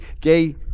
gay